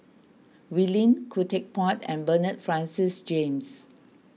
Wee Lin Khoo Teck Puat and Bernard Francis James